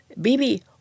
Bibi